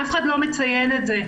אף אחד לא מציין את זה.